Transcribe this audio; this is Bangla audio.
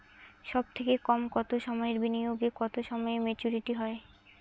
সবথেকে কম কতো সময়ের বিনিয়োগে কতো সময়ে মেচুরিটি হয়?